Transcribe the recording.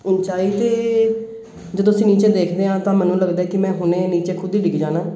ਉੱਚਾਈ 'ਤੇ ਜਦੋਂ ਅਸੀਂ ਨੀਚੇ ਦੇਖਦੇ ਹਾਂ ਤਾਂ ਮੈਨੂੰ ਲੱਗਦਾ ਕਿ ਮੈਂ ਹੁਣੇ ਨੀਚੇ ਖੁਦ ਹੀ ਡਿੱਗ ਜਾਣਾ